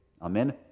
Amen